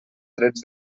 drets